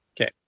Okay